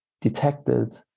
detected